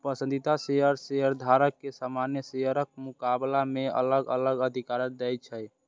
पसंदीदा शेयर शेयरधारक कें सामान्य शेयरक मुकाबला मे अलग अलग अधिकार दै छै